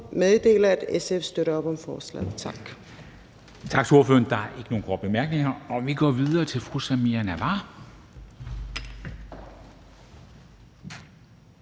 meddele, at SF støtter op om forslaget. Tak.